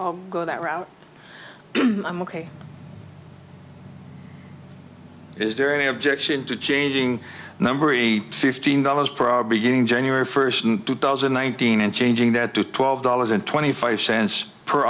i go that route i'm ok is there any objection to changing the number e fifteen dollars per hour beginning january first two thousand and nineteen and changing that to twelve dollars and twenty five cents per